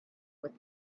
with